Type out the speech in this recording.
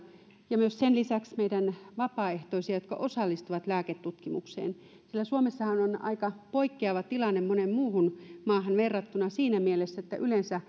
ja sen lisäksi myös meidän vapaaehtoisia jotka osallistuvat lääketutkimukseen suomessahan on aika poikkeava tilanne moneen muuhun maahan verrattuna siinä mielessä että yleensä